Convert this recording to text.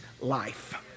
life